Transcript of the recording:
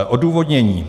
Odůvodnění.